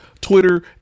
Twitter